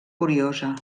curiosa